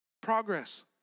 Progress